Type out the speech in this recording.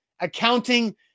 accounting